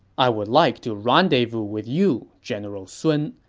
i would like to rendezvous with you, general sun,